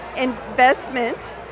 investment